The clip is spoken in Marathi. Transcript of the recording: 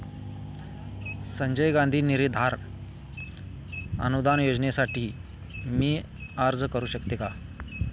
संजय गांधी निराधार अनुदान योजनेसाठी मी अर्ज करू शकते का?